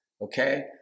Okay